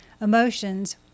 Emotions